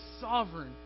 sovereign